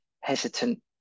hesitant